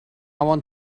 want